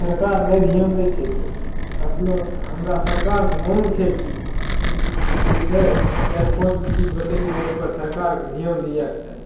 सरकार नहि धिआन दै छै तऽ अपना हमरा सरकार से माँग छै की ई जे छै चारि पाँच गो चीज बतैलियो ओहि पर सरकारके धिआन दिएके चाही